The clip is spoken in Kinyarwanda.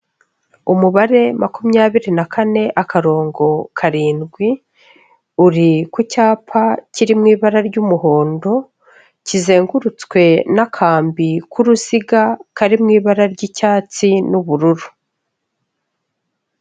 Umubare makumyabiri na kane akarongo karindwi, uri ku cyapa kiririmo ibara ry'umuhondo, kizengurutswe n'akambi k'uruziga kari mu ibara ry'icyatsi n'ubururu.